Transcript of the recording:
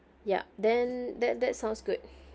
ya then that that sounds good